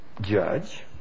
judge